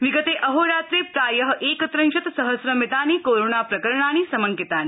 विगते अहोरात्रे प्रायएकविंशत् सहम्रमितानि कोरोनाप्रकरणानि समंकितानि